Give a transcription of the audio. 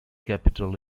capital